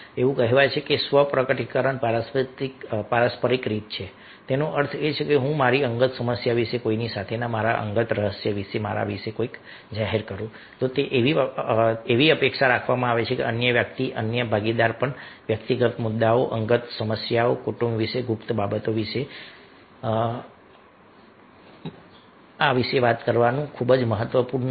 એવું કહેવાય છે કે સ્વ પ્રકટીકરણ પારસ્પરિક છે તેનો અર્થ એ છે કે જો હું મારી અંગત સમસ્યા વિશે કોઈની સાથેના મારા અંગત રહસ્ય વિશે મારા વિશે કંઈક જાહેર કરું તો એવી અપેક્ષા રાખવામાં આવે છે કે અન્ય વ્યક્તિ અન્ય ભાગીદાર પણ વ્યક્તિગત મુદ્દાઓ અંગત સમસ્યાઓ કુટુંબ વિશે ગુપ્ત બાબતો વિશે આ ખૂબ જ મહત્વપૂર્ણ છે